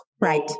Right